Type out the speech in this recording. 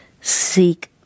seek